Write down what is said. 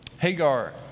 Hagar